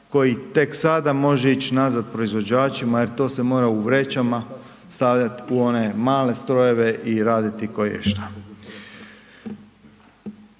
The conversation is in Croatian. koji tek sada može ići nazad proizvođačima jer to se mora u vrećama stavljati u one male strojeve i raditi koješta.